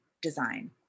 design